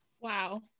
Wow